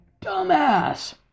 dumbass